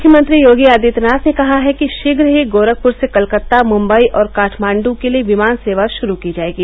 मुख्यमंत्री योगी आदित्यनाथ ने कहा है कि शीघ्र ही गोरखपुर से कलकत्ता मुंबई और काठमाण्डू के लिये विमान सेवा गुरू की जायेगी